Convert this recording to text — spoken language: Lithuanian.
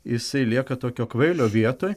jisai lieka tokio kvailio vietoj